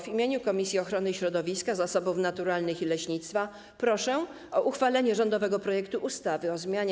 W imieniu Komisji Ochrony Środowiska, Zasobów Naturalnych i Leśnictwa proszę o uchwalenie rządowego projektu ustawy o zmianie